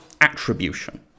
attribution